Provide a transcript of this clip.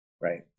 right